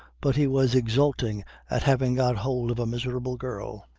but he was exulting at having got hold of a miserable girl.